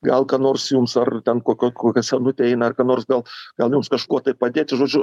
gal ką nors jums ar ten kokia kokia senutė eina ar ką nors gal gal jums kažkuo tai padėti žodžiu